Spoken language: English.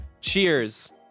Cheers